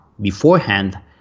Beforehand